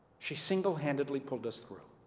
she single-handedly pulled us through.